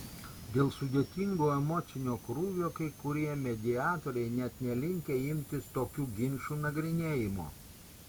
dėl sudėtingo emocinio krūvio kai kurie mediatoriai net nelinkę imtis tokių ginčų nagrinėjimo